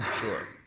Sure